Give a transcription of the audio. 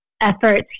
efforts